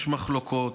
יש מחלוקות,